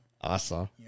Awesome